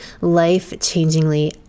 life-changingly